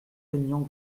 aignan